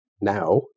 Now